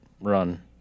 run